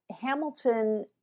Hamilton